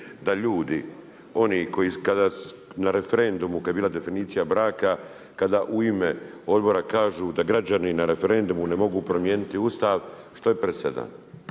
da ljudi oni koji kada na referendumu kada je bila definicija braka, kada u ime odbora kažu da građani na referendumu ne mogu promijeniti Ustav što je presedan.